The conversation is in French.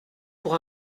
pour